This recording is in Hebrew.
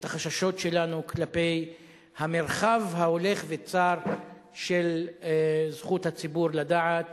את החששות שלנו כלפי המרחב ההולך וצר של זכות הציבור לדעת